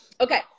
Okay